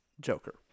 Joker